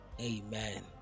amen